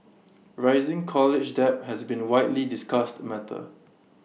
rising college debt has been widely discussed matter